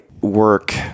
work